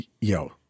yo